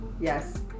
Yes